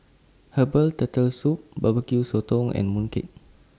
Herbal Turtle Soup Barbecue Sotong and Mooncake